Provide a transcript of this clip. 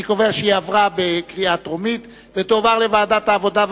אני קובע שההצעה התקבלה בקריאה טרומית ותועבר לוועדת העבודה,